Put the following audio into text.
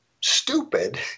stupid